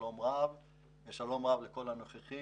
שלום לכל הנוכחים